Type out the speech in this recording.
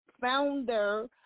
founder